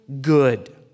good